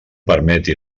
permeti